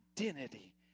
identity